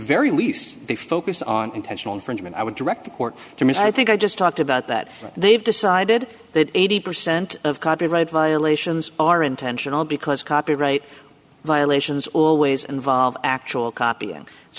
very least they focus on intentional infringement i would direct the court to mean i think i just talked about that they've decided that eighty percent of copyright violations are intentional because copyright violations always involve actual copy and it's